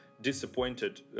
disappointed